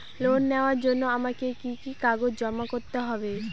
Loan নেওয়ার জন্য আমাকে কি কি কাগজ জমা করতে হবে?